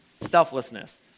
Selflessness